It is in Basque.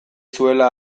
zuela